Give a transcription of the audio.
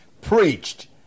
preached